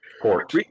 Port